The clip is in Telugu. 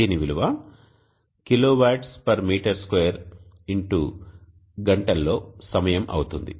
దీని విలువ kWm2 X గంటల్లో సమయం అవుతుంది